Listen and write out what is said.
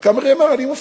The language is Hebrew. "הקאמרי" אמר: אני מופיע.